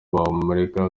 bamureka